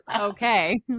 okay